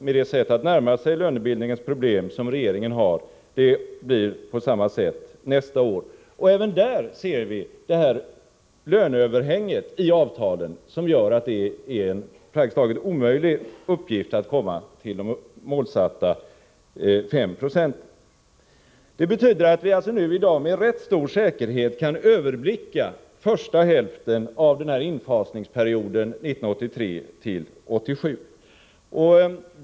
Med det sätt att närma sig lönebildningens problem som regeringen har talar mycket för att det blir på samma sätt nästa år. Även där är det löneöverhänget i avtalen som gör att det är en praktiskt taget omöjlig uppgift att komma till de målsatta SR. Det betyder att vi i dag med rätt stor säkerhet kan överblicka första hälften av infasningsperioden 1983-1987.